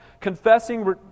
confessing